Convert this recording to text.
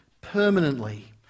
permanently